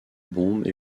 bombe